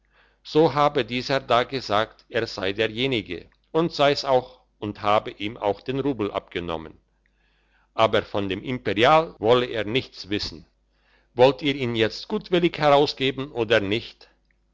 so habe dieser da gesagt er sei derjenige und sei's auch und habe ihm auch den rubel abgenommen aber von dem imperial wolle er nichts wissen wollt ihr ihn jetzt gutwillig herausgeben oder nicht